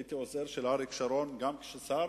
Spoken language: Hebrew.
הייתי עוזר של אריק שרון גם כשהיה שר,